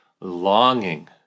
longing